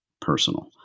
personal